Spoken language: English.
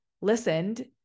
listened